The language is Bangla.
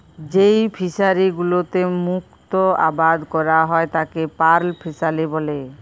যেই ফিশারি গুলোতে মুক্ত আবাদ ক্যরা হ্যয় তাকে পার্ল ফিসারী ব্যলে